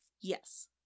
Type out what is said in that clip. yes